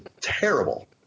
terrible